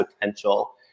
potential